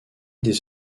des